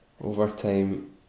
overtime